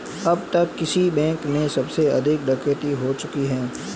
अब तक किस बैंक में सबसे अधिक डकैती हो चुकी है?